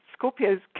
Scorpios